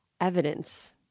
evidence